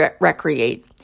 recreate